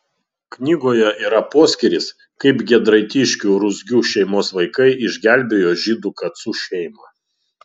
knygoje yra poskyris kaip giedraitiškių ruzgių šeimos vaikai išgelbėjo žydų kacų šeimą